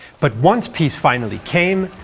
but once peace finally came,